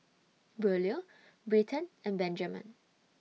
Braulio Britton and Benjamen